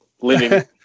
living